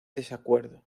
desacuerdo